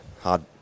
hard